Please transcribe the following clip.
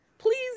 Please